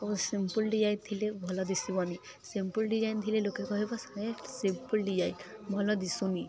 ଓ simple design ଥିଲେ ଭଲ ଦିଶିବନି ସିମ୍ପଲ୍ ଡିଜାଇନ୍ ଥିଲେ ଲୋକେ କହିବ ହେ ସିମ୍ପଲ୍ ଡିଜାଇନ୍ ଭଲ ଦିଶୁନି